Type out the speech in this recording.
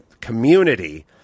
community